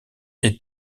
est